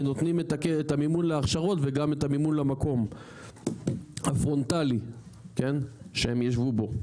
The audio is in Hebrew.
ונותנים את המימון להכשרות וגם את המימון למקום הפרונטלי שהם ישבו בו.